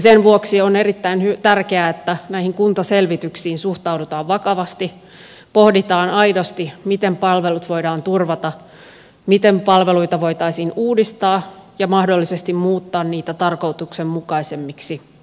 sen vuoksi on erittäin tärkeää että näihin kuntaselvityksiin suhtaudutaan vakavasti pohditaan aidosti miten palvelut voidaan turvata miten palveluita voitaisiin uudistaa ja mahdollisesti muuttaa niitä tarkoituksenmukaisemmiksi